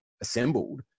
assembled